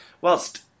whilst